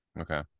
Okay